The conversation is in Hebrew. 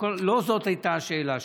לא זאת הייתה השאלה שלי.